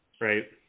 Right